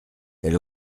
elle